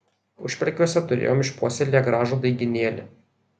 užpelkiuose turėjom išpuoselėję gražų daigynėlį